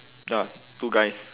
ya two guys